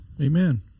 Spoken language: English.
Amen